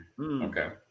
okay